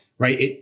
right